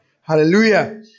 Hallelujah